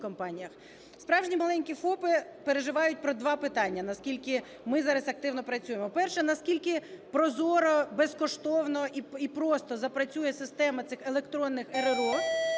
Справжні маленькі ФОПи переживають про два питання, наскільки ми зараз активно працюємо. Перше – наскільки прозоро, безкоштовно і просто запрацює система цих електронних РРО